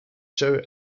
joe